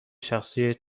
شخصی